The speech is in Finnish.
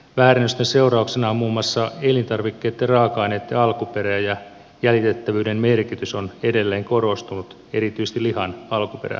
väärennösten seurauksena muun muassa elintarvikkeitten raaka aineitten alkuperä ja jäljitettävyyden merkitys on edelleen korostunut erityisesti lihan alkuperävaatimuksena